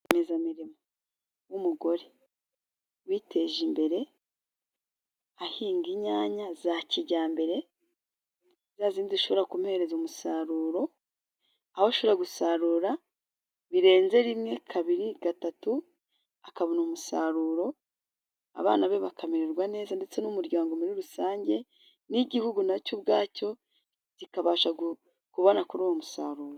Rwiyemezamirimo w'umugore witeje imbere ahinga inyanya za kijyambere, za zindi zishobora kumuhereza umusaruro, aho ashobora gusarura birenze rimwe, kabiri, gatatu, akabona umusaruro, abana be bakamererwa neza ndetse n'umuryango muri rusange ,n'igihugu na cyo ubwacyo zikabasha kubona kuri uwo musaruro.